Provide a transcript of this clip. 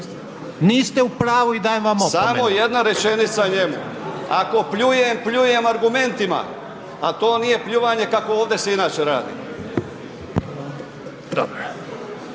Ivan (Promijenimo Hrvatsku)** Samo jedna rečenica njemu. Ako pljujem, pljujem argumentima, a to nije pljuvanje kakvo ovdje se inače radi.